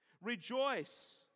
Rejoice